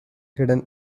hidden